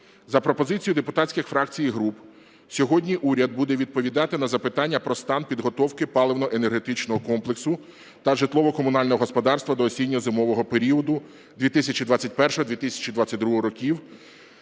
За пропозицією депутатських фракцій і груп сьогодні уряд буде відповідати на запитання про стан підготовки паливно-енергетичного комплексу та житлово-комунального господарства до осінньо-зимового періоду 2021/2022 років